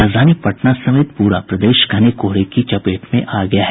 राजधानी पटना समेत पूरा प्रदेश घने कोहरे की चपेट में आ गया है